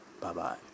Bye-bye